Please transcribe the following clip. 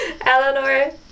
Eleanor